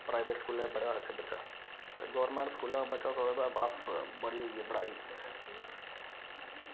private स्कूलें पढ़े दा बच्च बच्चा ते गौरमेंट स्कूलै दा बच्चा सोचदा बस बड़ी होई गेई पढ़ाई